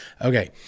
Okay